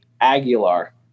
Aguilar